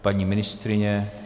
Paní ministryně?